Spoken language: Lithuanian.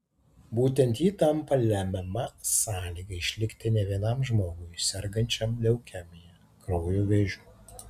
būtent ji tampa lemiama sąlyga išlikti ne vienam žmogui sergančiam leukemija kraujo vėžiu